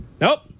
Nope